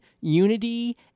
unity